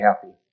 happy